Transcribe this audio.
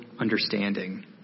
understanding